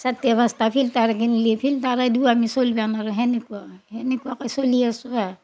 চাৰটা পাঁচটা filter Kinley ফিল্টাৰেদিও আমি চলবা নৰোঁ তেনেকুৱা তেনেকুৱাকে চলি আছোঁ আৰ